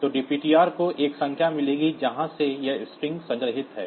तो dptr को एक संख्या मिलेगी जहां से यह स्ट्रिंग संग्रहीत है